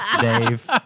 Dave